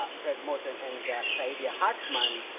ah fred moten and saidiya hartman,